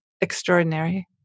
extraordinary